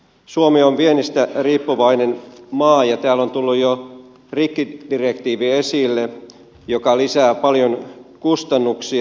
suomi on viennistä riippuvainen maa ja täällä on tullut jo rikkidirektiivi esille joka lisää paljon kustannuksia